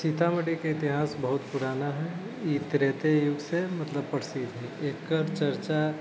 सीतामढ़ीके इतिहास बहुत पुराना है ई त्रेते युगसँ मतलब प्रसिद्ध है एकर चर्चा